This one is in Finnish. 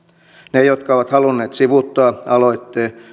ne jotka ovat halunneet sivuuttaa aloitteen